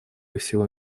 всего